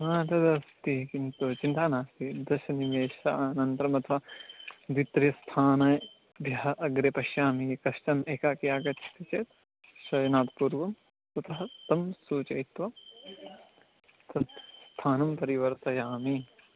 हा तद् अस्ति किन्तु चिन्ता नास्ति दशनिमेषानन्तरम् अथवा द्वित्रिस्थानेभ्यः अग्रे पश्यामि कश्चन् एकाकी आगच्छति चेत् शयनात् पूर्वम् उतः तं सूचयित्वा तत् स्थानं परिवर्तयामि